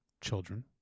children